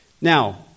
Now